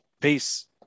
Peace